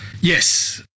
Yes